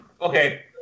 Okay